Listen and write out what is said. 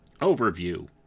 Overview